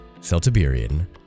Celtiberian